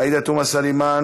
עאידה תומא סלימאן,